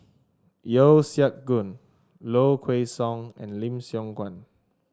Yeo Siak Goon Low Kway Song and Lim Siong Guan